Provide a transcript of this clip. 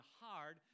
hard